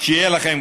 שיהיו לכם.